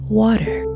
water